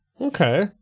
Okay